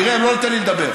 תראה, הוא לא נותן לי לדבר.